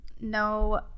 no